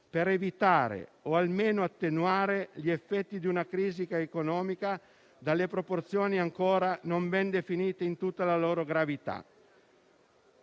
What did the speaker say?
per evitare, o almeno attenuare, gli effetti di una crisi economica dalle proporzioni ancora non ben definite in tutta la loro gravità.